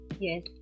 Yes